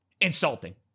Insulting